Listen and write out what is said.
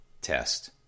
test